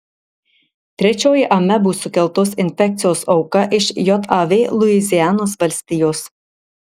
trečioji amebų sukeltos infekcijos auka iš jav luizianos valstijos